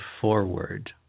forward